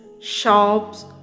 shops